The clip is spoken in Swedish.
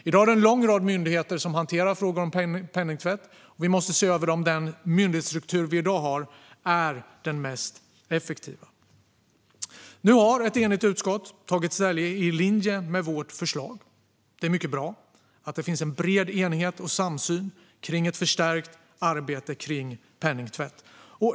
I dag är det en lång rad myndigheter som hanterar frågan om penningtvätt. Vi måste se över om den myndighetsstruktur vi i dag har är den mest effektiva. Nu har ett enigt utskott tagit ställning i linje med vårt förslag. Det är mycket bra. Det finns en bred enighet och samsyn kring ett förstärkt arbete när det gäller penningtvätt.